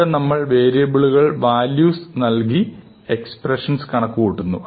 അവിടെ നമ്മൾ വേരിയബിളുകൾക്ക് വാല്യൂസ് നൽകി എക്സ്പ്രഷൻ കണക്കുകൂട്ടുന്നു